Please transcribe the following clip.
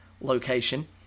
location